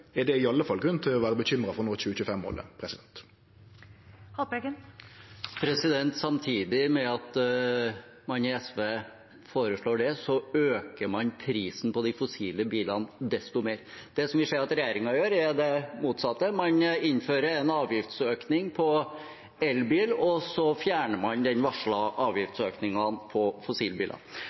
er det i alle fall grunn til å vere bekymra for å nå 2025-målet. Lars Haltbrekken – til oppfølgingsspørsmål. Samtidig med at man i SV foreslår det, øker man prisen på de fossile bilene desto mer. Det vi ser at regjeringen gjør, er det motsatte: Man innfører en avgiftsøkning på elbil og fjerner den varslede avgiftsøkningen på fossilbilene. I tillegg til at man fjerner den økte miljøavgiften på